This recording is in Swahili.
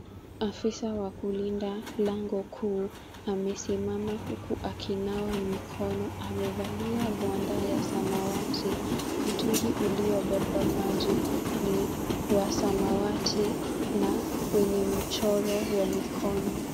Afisa wa kulinda lango kuu amesimama huku akinawa mikono. Amevalia gwanda ya samawati. Mtungi uliobeba maji ni wa samawati na wenye mchoro wa mikono.